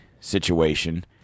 situation